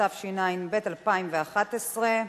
התשע"ב 2011,